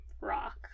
rock